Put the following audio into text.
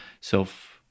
self